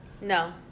no